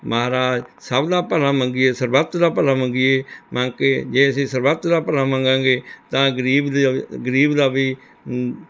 ਮਹਾਰਾਜ ਸਭ ਦਾ ਭਲਾ ਮੰਗੀਏ ਸਰਬੱਤ ਦਾ ਭਲਾ ਮੰਗੀਏ ਮੰਗ ਕੇ ਜੇ ਅਸੀਂ ਸਰਬੱਤ ਦਾ ਭਲਾ ਮੰਗਾਂਗੇ ਤਾਂ ਗਰੀਬ ਦੇ ਗਰੀਬ ਦਾ ਵੀ